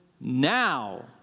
now